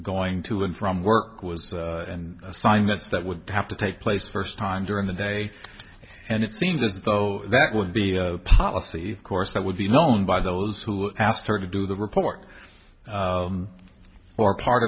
going to and from work was assignments that would have to take place first time during the day and it seemed as though that would be a policy of course that would be known by those who asked her to do the report or part